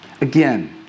Again